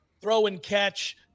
throw-and-catch